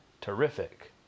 terrific